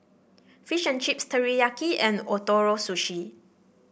Fish and Chips Teriyaki and Ootoro Sushi